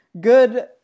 good